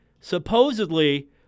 supposedly